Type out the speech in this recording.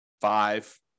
five